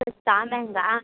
सस्ता महंगा